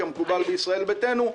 כמקובל בישראל ביתנו,